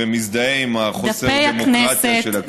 ומזדהה, על חוסר הדמוקרטיה של הכנסת.